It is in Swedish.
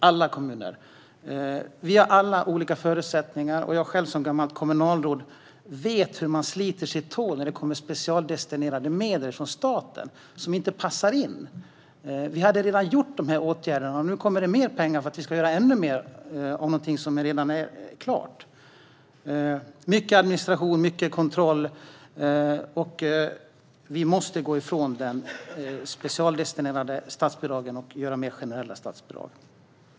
Alla kommuner har olika förutsättningar, och som gammalt kommunalråd vet jag hur man sliter sitt hår när det kommer specialdestinerade medel från staten som inte passar in. Man har redan vidtagit åtgärder, men så får man mer pengar för att göra mer av något som redan är klart. Det blir mycket administration och kontroll. Vi måste gå ifrån de specialdestinerade statsbidragen och ge mer generella statsbidrag.